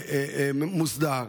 מוסדר.